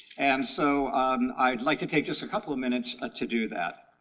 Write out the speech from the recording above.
and so i'd like to take just a couple of minutes ah to do that.